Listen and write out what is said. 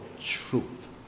truth